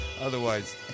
Otherwise